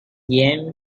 game